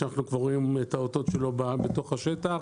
שאנחנו כבר רואים את האותות שלו בתוך השטח,